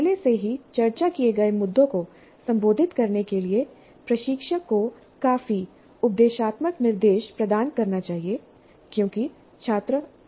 पहले से ही चर्चा किए गए मुद्दों को संबोधित करने के लिए प्रशिक्षक को काफी उपदेशात्मक निर्देश प्रदान करना चाहिए क्योंकि छात्र अभी प्रथम वर्ष में हैं